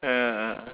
ah ah ah